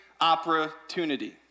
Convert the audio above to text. opportunity